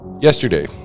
Yesterday